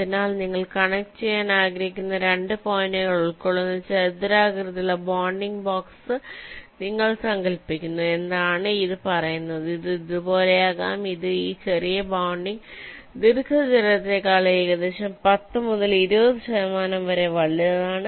അതിനാൽ നിങ്ങൾ കണക്റ്റുചെയ്യാൻ ആഗ്രഹിക്കുന്ന 2 പോയിന്റുകൾ ഉൾക്കൊള്ളുന്ന ഒരു ചതുരാകൃതിയിലുള്ള ബോണ്ടിംഗ് ബോക്സ് നിങ്ങൾ സങ്കൽപ്പിക്കുന്നു എന്നതാണ് ഇത് പറയുന്നത് ഇത് ഇതുപോലെയാകാം ഇത് ഈ ചെറിയ ബൌണ്ടിംഗ് ദീർഘചതുരത്തേക്കാൾ ഏകദേശം 10 മുതൽ 20 ശതമാനം വരെ വലുതാണ്